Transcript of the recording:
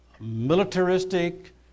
militaristic